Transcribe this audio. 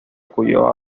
cuyo